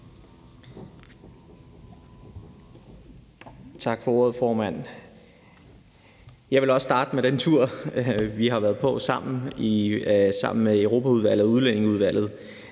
Tak for ordet, formand. Jeg vil også starte med den tur, vi har været på sammen i Europaudvalget og Udlændinge- og